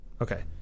Okay